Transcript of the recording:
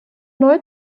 neu